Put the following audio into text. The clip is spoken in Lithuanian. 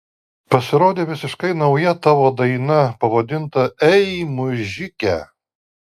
pasirodė visiškai nauja tavo daina pavadinta ei mužike